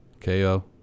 KO